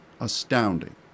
astounding